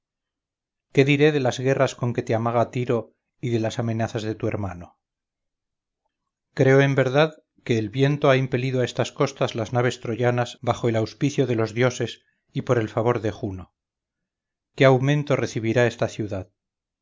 qué diré de las guerras con que te amaga tiro y de las amenazas de tu hermano creo en verdad que el viento ha impelido a estas costas las naves troyanas bajo el auspicio de los dioses y por el favor de juno qué aumento recibirá esta ciudad